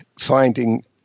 finding